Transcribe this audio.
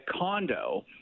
condo